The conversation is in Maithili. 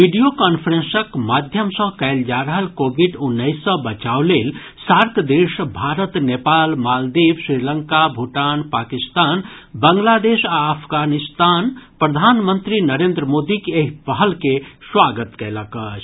वीडियो कांफ्रेंसक माध्यम सँ कयल जा रहल कोविड उन्नैस सँ बचाव लेल सार्क देश भारत नेपाल मालदीव श्रीलंका भूटान पाकिस्तान बांग्लादेश आ आफगानिस्तान प्रधानमंत्री नरेन्द्र मोदीक एहि पहल के स्वागत कयलक अछि